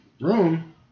room